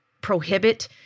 prohibit